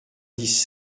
dix